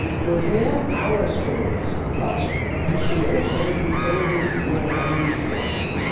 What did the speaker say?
you'll hear our stories, but you should also be building your own story.